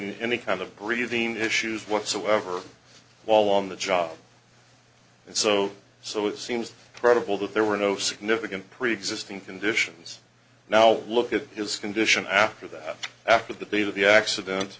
ing any kind of breathing issues whatsoever while on the job and so so it seems probable that there were no significant preexisting conditions now look at his condition after that after the date of the accident